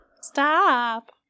Stop